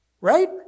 Right